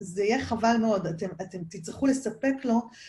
זה יהיה חבל מאוד, אתם תצטרכו לספק לו.